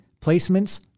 placements